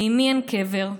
לאימי אין קבר,